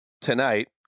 tonight